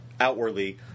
outwardly